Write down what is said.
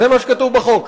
זה מה שכתוב בחוק.